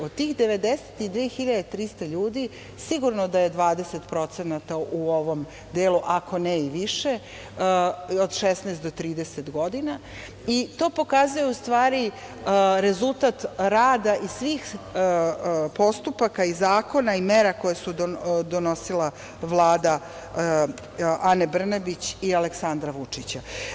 Od tih 92.300 ljudi sigurno da je 20% u ovom delu, ako ne i više od 16 do 30 godina i to pokazuje u stvari rezultat rada i svih postupaka i zakona i mera koje su donosile vlade Ane Brnabić i Aleksandra Vučića.